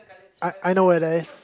I I know where that is